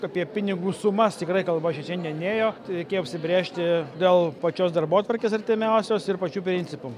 apie pinigų sumas tikrai kalba čia šiandien nėjo reikėjo apsibrėžti dėl pačios darbotvarkės artimiausios ir pačių principų